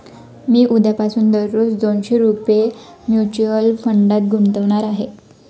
मी उद्यापासून दररोज दोनशे रुपये म्युच्युअल फंडात गुंतवणार आहे